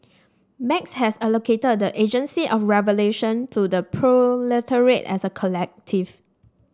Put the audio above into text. Marx had allocated the agency of revolution to the proletariat as a collective